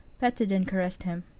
petted and caressed him.